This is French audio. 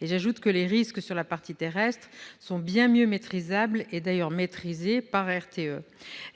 J'ajoute que les risques sur la partie terrestre sont bien mieux maîtrisables- et maîtrisés -par RTE.